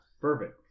Perfect